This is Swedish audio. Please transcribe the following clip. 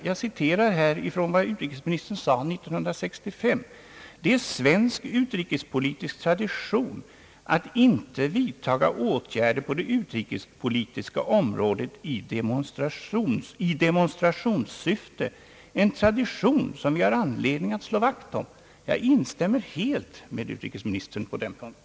Jag citerar vad utrikesministern sade år 1965: »Det är svensk utrikespolitisk tradition att inte vidtaga åtgärder på det utrikespolitiska området i demonstrationssyfte, en tradition som vi har anledning att slå vakt om.» Jag instämmer helt med utrikesministern på den punkten.